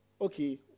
Okay